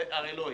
אבל זה לא יהיה.